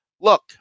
look